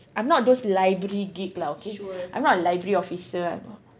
I'm not those library geek lah okay I'm not a library officer